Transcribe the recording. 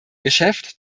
geschäft